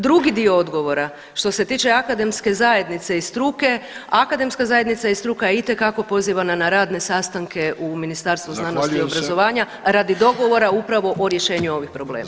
Drugi dio odgovora što se tiče akademske zajednice i struke, akademska zajednica i struka je itekako pozivana na radne sastanke u Ministarstvu znanosti [[Upadica Vidović: Zahvaljujem se.]] i obrazovanja radi dogovora upravo o rješenju ovih problema.